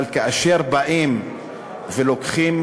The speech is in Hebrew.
אבל כאשר באים ולוקחים,